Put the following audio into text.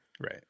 Right